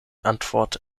antwort